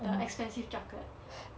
the expensive chocolate